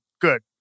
Good